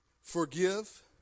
forgive